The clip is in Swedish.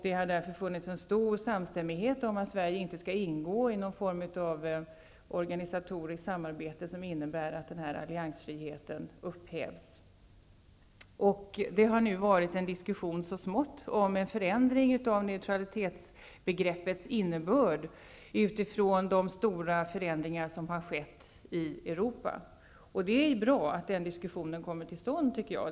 Det har därför rått stor samstämmighet om att Sverige inte skall ingå i någon form av organisatoriskt samarbete som innebär att denna alliansfrihet upphävs. Det har nu så smått förts en diskussion om en förändring av neutralitetsbegreppets innebörd utifrån de stora förändringar som har skett i Europa. Och det är bra att den diskussionen kommer till stånd, tycker jag.